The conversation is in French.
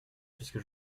puisque